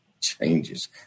changes